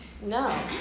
No